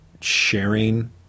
sharing